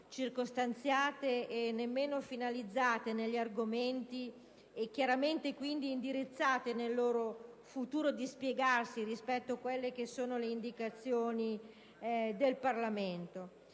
circostanziate, ma nemmeno finalizzate negli argomenti, chiaramente quindi indirizzate nel loro futuro dispiegarsi rispetto alle indicazioni del Parlamento.